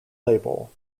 label